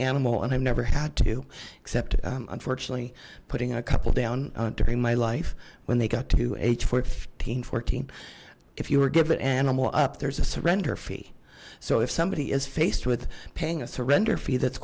animal and i've never had to except unfortunately putting a couple down during my life when they got to age for fifteen fourteen if you were given an animal up there's a surrender fee so if somebody is faced with paying a surrender fee that's